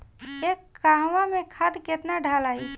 एक कहवा मे खाद केतना ढालाई?